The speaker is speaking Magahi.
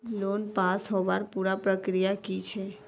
लोन पास होबार पुरा प्रक्रिया की छे?